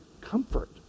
comfort